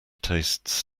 tastes